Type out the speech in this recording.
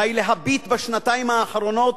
די להביט בשנתיים האחרונות,